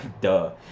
duh